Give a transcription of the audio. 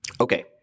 Okay